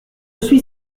suis